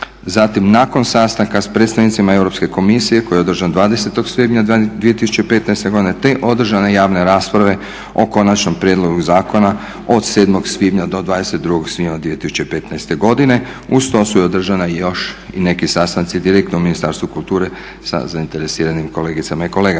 zatim nakon sastanka s predstavnicima Europske komisije koji je održan 20. svibnja 2015. godine te održane javne rasprave o konačnom prijedlogu zakona od 7. svibnja do 22. svibnja 2015. godine. Uz to su i održani još neki sastanci direktno u Ministarstvu kulture sa zainteresiranim kolegicama i kolegama.